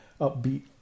upbeat